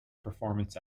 performance